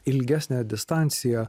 ilgesnę distanciją